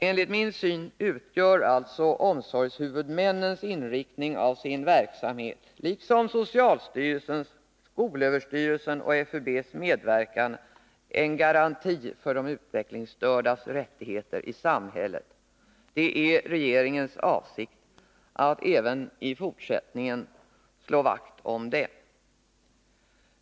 Enligt min syn utgör alltså omsorgshuvudmännens inriktning av sin verksamhet liksom socialstyrelsens, skolöverstyrelsens och FUB:s medverkan, en garanti för de utvecklingsstördas rättigheter i samhället. Det är regeringens avsikt att även i fortsättningen slå vakt om dem.